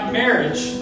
marriage